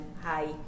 Hi